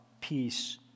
peace